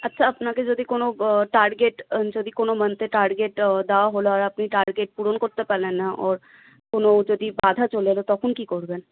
আচ্ছা আপনাকে যদি কোনো টার্গেট যদি কোনো মান্থে টার্গেট দেওয়া হলো আর আপনি টার্গেট পূরণ করতে পারলেন না ওর কোনো যদি বাধা চলে এল তখন কী করবেন